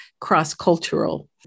cross-cultural